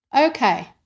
Okay